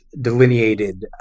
delineated